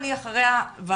אני אומרת לך את האמת,